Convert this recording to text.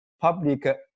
public